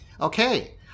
Okay